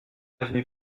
avenue